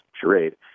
charade